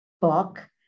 book